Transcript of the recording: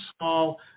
small